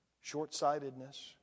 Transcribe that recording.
short-sightedness